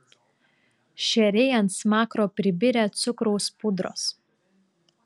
šeriai ant smakro pribirę cukraus pudros